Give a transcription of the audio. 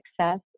success